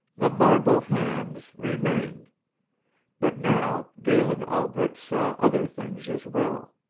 the marble hands remained but now galen albret saw other things as well.